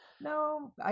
no